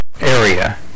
area